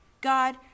god